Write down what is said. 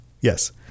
yes